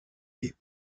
est